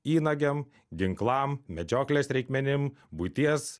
įnagiam ginklam medžioklės reikmenim buities